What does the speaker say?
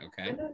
Okay